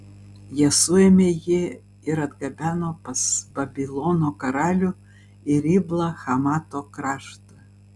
jie suėmė jį ir atgabeno pas babilono karalių į riblą hamato kraštą